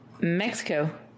Mexico